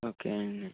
okay అండి